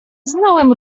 znałem